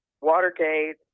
Watergate